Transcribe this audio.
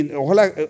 Ojalá